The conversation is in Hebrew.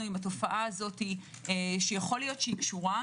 עם התופעה הזאת שיכול להיות שהיא קשורה,